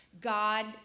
God